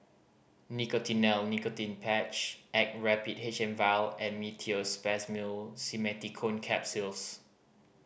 Nicotinell Nicotine Patch Actrapid H M Vial and Meteospasmyl Simeticone Capsules